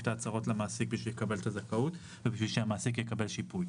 את ההצהרות למעסיק בשביל לקבל את הזכאות ובשביל שהמעסיק יקבל שיפוי.